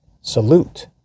salute